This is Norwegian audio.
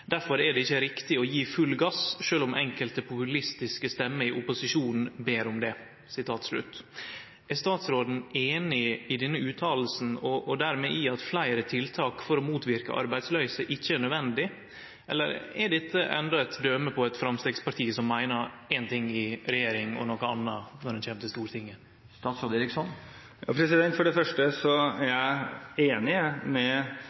Derfor er det ikke riktig å gi full gass, selv om enkelte populistiske stemmer i opposisjonen ber om det». Er statsråden einig i denne uttalen, og dermed i at fleire tiltak for å motverke arbeidsløyse ikkje er naudsynt, eller er dette endå eit døme på eit framstegsparti som meiner éin ting i regjering og noko anna i Stortinget?» For det første er jeg enig med